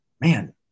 man